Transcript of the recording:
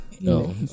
No